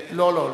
לא, לא.